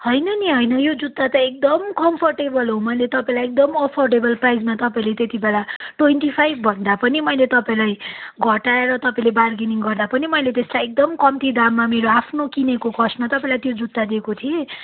होइन नि होइन यो जुत्ता त एकदम कम्फर्टेबल हो मैले तपाईँलाई एकदम अफोर्डेबल प्राइसमा तपाईँले त्यति बेला ट्वेन्टी फाइभ भन्दा पनि मैले तपाईँलाई घटाएर तपाईँले बार्गिनिङ गर्दा पनि मैले त्यसलाई एकदम कम्ती दाममा मेरो आफ्नो किनेको कस्टमा तपाईँलाई त्यो जुत्ता दिएको थिएँ